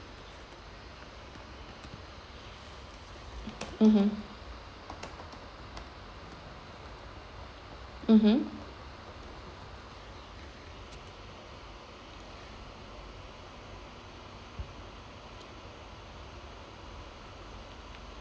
mmhmm mmhmm